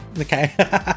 Okay